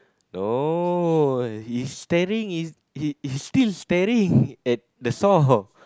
no he's staring is he he's still staring at the saw